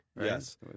Yes